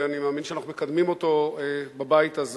ואני מאמין שאנחנו מקדמים אותו בבית הזה.